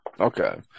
Okay